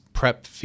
Prep